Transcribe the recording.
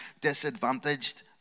disadvantaged